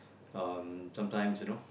um sometimes you know